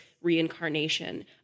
reincarnation